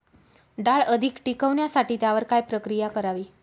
डाळ अधिक टिकवण्यासाठी त्यावर काय प्रक्रिया करावी?